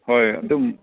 ꯍꯣꯏ ꯑꯗꯨꯝ